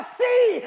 see